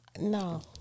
no